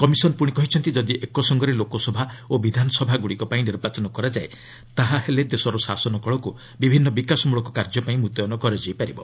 commission ପୁଣି କହିଛନ୍ତି ଯଦି ଏକସଙ୍ଗରେ ଲୋକସଭା ଓ ବିଧାନସଭାଗୁଡ଼ିକପାଇଁ ନିର୍ବାଚନ କରାଯାଏ ତାହାହେଲେ ଦେଶର ଶାସନକଳକୁ ବିଭିନ୍ନ ବିକାଶମୂଳକ କାର୍ଯ୍ୟପାଇଁ ମୁତୟନ କରାଯାଇପାରିବ